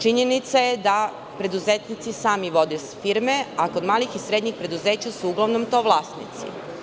Činjenica je da preduzetnici sami vode firme, a kod malih i srednjih preduzeća su uglavnom to vlasnici.